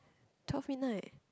twelve midnight